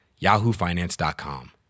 yahoofinance.com